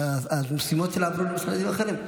המשימות שלה עברו למשרדים אחרים.